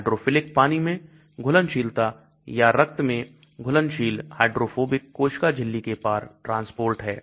hydrophilic पानी में घुलनशील या रक्त में घुलनशील हाइड्रोफोबिक कोशिका झिल्ली के पार ट्रांसपोर्ट है